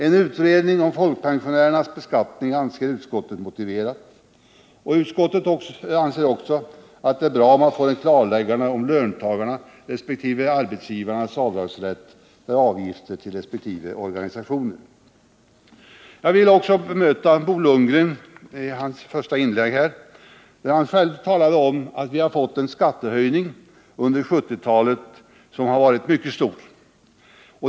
En utredning om folkpensionärernas beskattning anser utskottet motiverad, och utskottet tycker också att det är bra att man får ett Jag vill också bemöta Bo Lundgren, som i sitt första inlägg talade om att vi har fått en mycket stor skattehöjning under 1970-talet.